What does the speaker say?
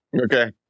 Okay